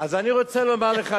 אז אני רוצה לומר לך,